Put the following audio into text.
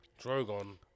Drogon